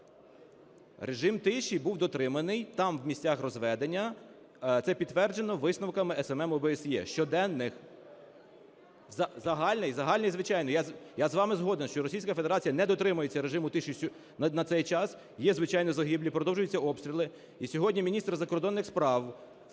Режим тиші був дотриманий, там, в місцях розведення, це підтверджено висновками СММ ОБСЄ, щоденних. Загальний. Загальний, звичайно. Я з вами згоден, що Російська Федерація не дотримується режиму тиші на цей час. Є, звичайно, загиблі, продовжуються обстріли. І сьогодні міністр закордонних справ